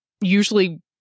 usually